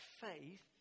faith